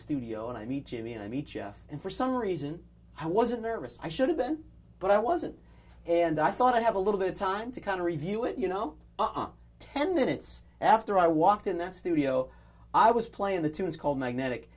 studio and i meet jimmy and i meet jeff and for some reason i wasn't nervous i should have been but i wasn't and i thought i'd have a little bit of time to kind of review it you know ten minutes after i walked in that studio i was playing the tunes called magnetic